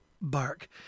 bark